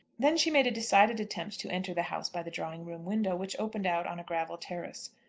then she made a decided attempt to enter the house by the drawing-room window, which opened out on a gravel terrace.